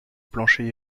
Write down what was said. plancher